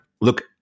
look